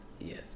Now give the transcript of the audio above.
Yes